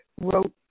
wrote